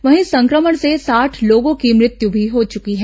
वहीं संक्रमण से साठ लोगों की मृत्यु भी हो चुकी है